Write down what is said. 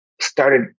started